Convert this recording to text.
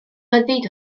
ryddid